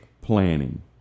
planning